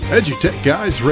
EduTechGuys